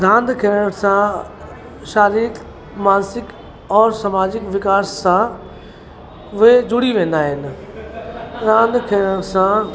रांदि खेॾण सां शारीरिक मानसिक और समाजिक विकास सां उहे जुड़ी वेंदा आहिनि रांदि खेॾण सां